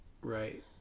right